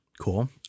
cool